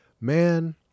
Man